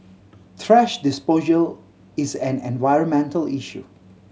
thrash disposal is an environmental issue